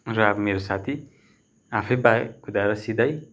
र मेरो साथी आफै बाइक कुदाएर सिधै